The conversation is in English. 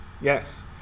Yes